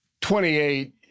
28